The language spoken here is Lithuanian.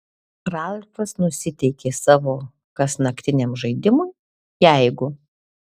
ralfas nusiteikė savo kasnaktiniam žaidimui jeigu